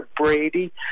Brady